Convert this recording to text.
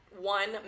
One